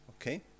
okay